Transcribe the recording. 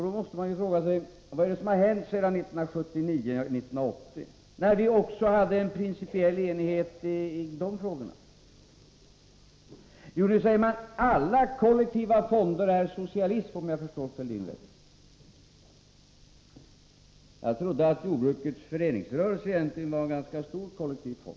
Då måste jag ställa frågan: Vad är det som har hänt sedan 1979-1980, när vi hade en principiell enighet i de här frågorna? Nu säger ni, om jag förstår Thorbjörn Fälldin rätt, att alla kollektiva fonder är socialism. Jag trodde att jordbrukets föreningsrörelse egentligen var en ganska stor kollektiv fond.